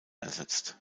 ersetzt